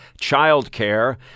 childcare